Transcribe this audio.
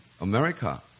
America